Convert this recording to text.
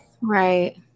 Right